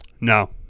No